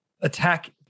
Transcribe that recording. attack